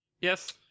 yes